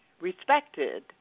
respected